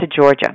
Georgia